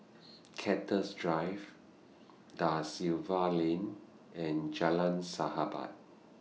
Cactus Drive DA Silva Lane and Jalan Sahabat